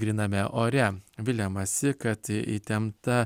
gryname ore viliamasi kad įtempta